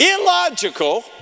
illogical